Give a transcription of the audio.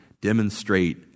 demonstrate